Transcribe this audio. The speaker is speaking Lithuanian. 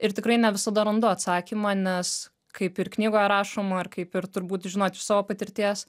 ir tikrai ne visada randu atsakymą nes kaip ir knygoje rašoma ir kaip ir turbūt žinot iš savo patirties